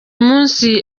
munsi